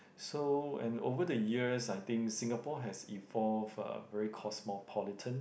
so and over the years I think Singapore has evolved uh very cosmopolitan